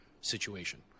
situation